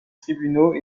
tribunaux